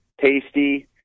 tasty